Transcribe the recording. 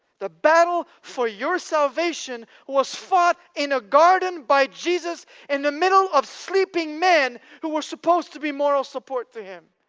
the battle for your salvation was fought in a garden by jesus in the middle of sleeping men who were supposed to be moral support to him.